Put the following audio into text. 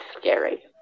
scary